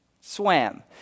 Swam